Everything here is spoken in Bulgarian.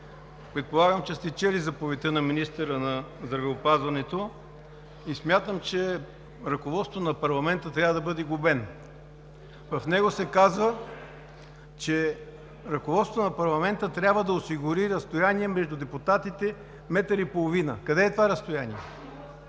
предполагам, че сте чели заповедта на министъра на здравеопазването, и смятам, че ръководството на парламента трябва да бъде глобено. В нея се казва, че ръководството на парламента трябва да осигури разстояние между депутатите от метър и половина. Къде е това разстояние?!